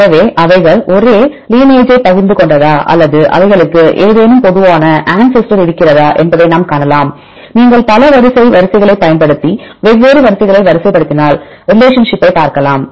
எனவே அவைகள் ஒரே லீனேஜ் பகிர்ந்து கொண்டதா அல்லது அவைகளுக்கு ஏதேனும் பொதுவானஆன்செஸ்டர் இருக்கிறதா என்பதை நாம் காணலாம் நீங்கள் பல வரிசை வரிசைகளைப் பயன்படுத்தி வெவ்வேறு வரிசைகளை வரிசைப்படுத்தினால் ரிலேஷன்ஷிப்பை பார்க்கலாம்